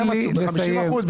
50%?